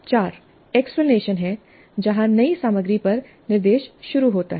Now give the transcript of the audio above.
4 explanation है जहां नई सामग्री पर निर्देश शुरू होता है